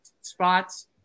spots